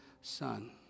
son